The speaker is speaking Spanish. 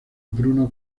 bruno